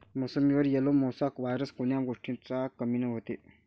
मोसंबीवर yellow mosaic virus कोन्या गोष्टीच्या कमीनं होते?